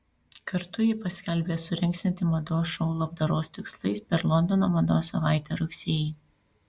kartu ji paskelbė surengsianti mados šou labdaros tikslais per londono mados savaitę rugsėjį